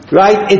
right